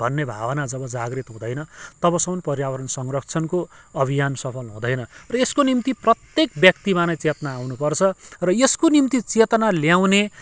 भन्ने भावना जब जागृत हुँदैन तबसम्म पर्यावरण संरक्षणको अभियान सफल हुँदैन र यसको निम्ति प्रत्येक व्यक्तिमा नै चेतना आउनुपर्छ र यसको निम्ति चेतना ल्याउने